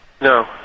No